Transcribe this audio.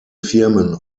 firmen